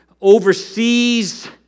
oversees